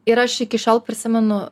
ir aš iki šiol prisimenu